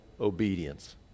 obedience